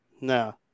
No